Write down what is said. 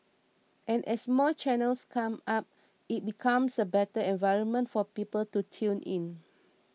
and as more channels come up it becomes a better environment for people to tune in